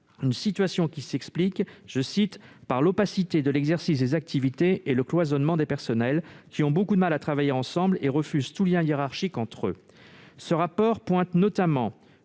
Cette situation s'explique « par l'opacité de l'exercice des activités et le cloisonnement des personnels », qui ont beaucoup de mal à travailler ensemble et refusent tout lien hiérarchique entre eux.